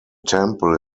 temple